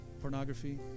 Pornography